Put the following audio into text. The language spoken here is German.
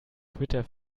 twitter